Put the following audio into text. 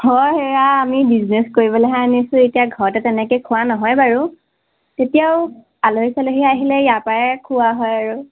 হয় সেয়া আমি বিজনেচ কৰিবলেহে আনিছোঁ এতিয়া ঘৰতে তেনেকে খোৱা নহয় বাৰু তেতিয়াও আলহী চালহী আহিলে ইয়াৰ পৰাই খোৱা হয় আৰু